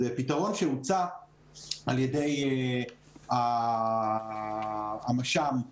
זה פתרון שהוצע על ידי המרכז לשלטון